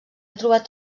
trobat